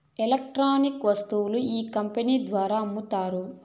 electronic వస్తువులను ఈ company ద్వారా అమ్ముతారు